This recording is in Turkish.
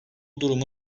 durumu